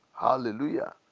hallelujah